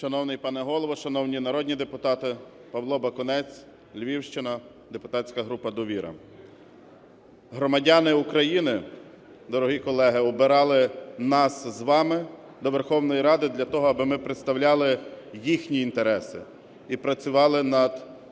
Шановний пане Голово, шановні народні депутати! Павло Бакунець, Львівщина, депутатська група "Довіра". Громадяни України, дорогі колеги, обирали нас з вами до Верховної Ради для того, аби ми представляли їхні інтереси і працювали над